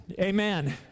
Amen